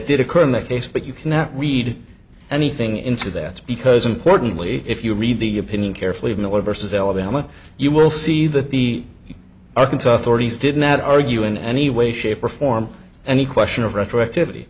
did occur in that case but you cannot read anything into that because importantly if you read the opinion carefully of miller vs alabama you will see that the arkansas authorities did not argue in any way shape or form any question of retroactivity